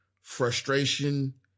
frustration